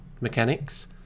mechanics